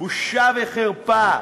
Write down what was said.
בושה וחרפה.